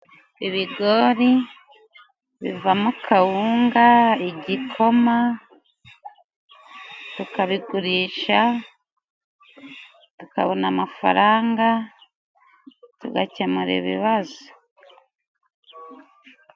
Ibigori bivamo kawunga, igikoma, tukabigurisha, tukabona amafaranga, tugakemura ibibazo.